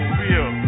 real